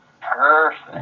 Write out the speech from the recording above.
Perfect